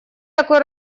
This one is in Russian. такой